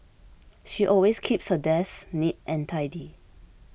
she always keeps her desk neat and tidy